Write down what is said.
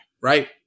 right